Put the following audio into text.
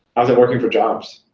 how's it working for jobs?